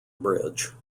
bridge